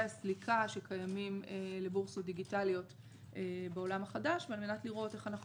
הסליקה שקיימים לבורסות דיגיטליות בעולם החדש ועל מנת לראות איך אנחנו